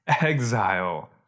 exile